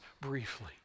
briefly